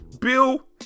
Bill